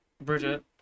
Bridget